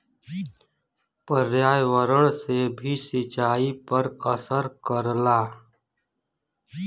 पर्यावरण से भी सिंचाई पर असर करला